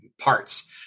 parts